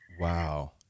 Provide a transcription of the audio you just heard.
Wow